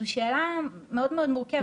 זה שאלה מאוד מאוד מורכבת,